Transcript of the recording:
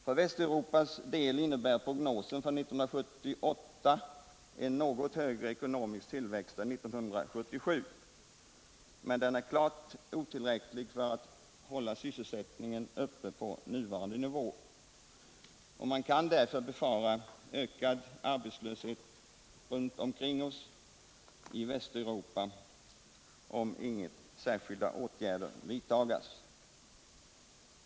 För Västeuropas del innebär prognosen för 1978 en något högre ekonomisk tillväxt än 1977, men den är klart otillräcklig för att hålla sysselsättningen uppe på nuvarande nivå. Man kan därför befara ökad arbetslöshet runt omkring oss i Västeuropa, om inga särskilda åtgärder vidtas.